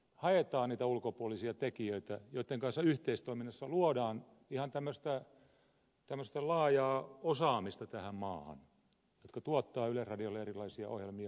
haetaan niitä ulkopuolisia tekijöitä joitten kanssa yhteistoiminnassa luodaan ihan tämmöistä laajaa osaamista tähän maahan jotka tuottavat yleisradiolle erilaisia ohjelmia